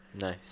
nice